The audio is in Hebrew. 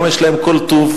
גם יש להם כל טוב.